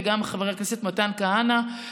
וגם חבר הכנסת מתן כהנא.